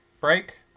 break